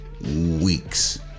Weeks